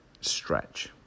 stretch